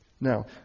Now